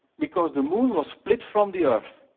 because the moon was split from the earth.